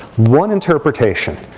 one interpretation,